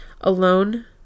Alone